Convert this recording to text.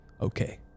Okay